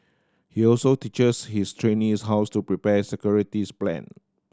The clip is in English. he also teaches his trainees hows to prepare security plan